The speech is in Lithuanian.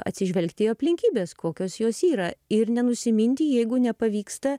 atsižvelgti į aplinkybes kokios jos yra ir nenusiminti jeigu nepavyksta